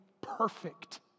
perfect